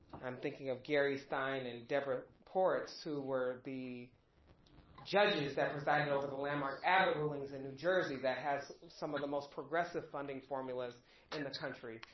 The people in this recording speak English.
i'm thinking of gary stein and deborah ports, who were the judges that presided over the landmark abbott rulings in new jersey that has some of the most progressive funding formulas in the country.